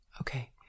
Okay